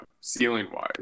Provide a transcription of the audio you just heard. ceiling-wise